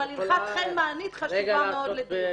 אבל הלכת חן מענית חשובה מאוד לדיון.